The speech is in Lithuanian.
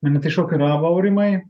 mane tai šokiravo aurimai